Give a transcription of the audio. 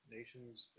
Nation's